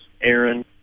Aaron